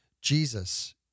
Jesus